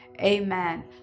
amen